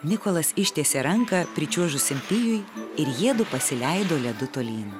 nikolas ištiesė ranką pričiuožusiam pijui ir jiedu pasileido ledu tolyn